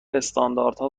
استانداردها